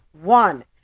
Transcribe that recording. one